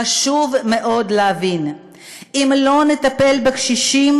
חשוב מאוד להבין שאם לא נטפל בקשישים,